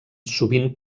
sovint